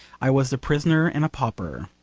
i was a prisoner and a pauper.